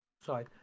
sorry